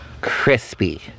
crispy